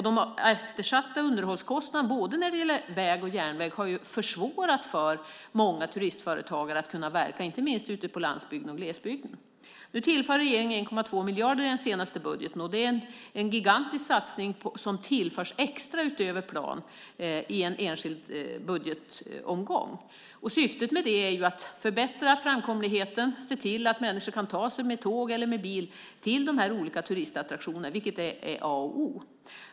De eftersatta underhållskostnaderna när det gäller både väg och järnväg har försvårat för många turistföretagare att kunna verka, inte minst ute på landsbygden och glesbygden. Nu tillför regeringen 1,2 miljarder i den senaste budgeten. Det är en gigantisk satsning som tillförs utöver planen i en enskild budgetomgång. Syftet med det är att förbättra framkomligheten och se till att människor kan ta sig med tåg eller bil till de olika turistattraktionerna, vilket är A och O.